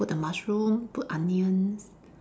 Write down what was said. then I put the mushroom put onions